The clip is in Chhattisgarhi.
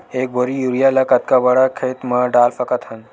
एक बोरी यूरिया ल कतका बड़ा खेत म डाल सकत हन?